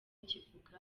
kivuga